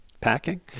packing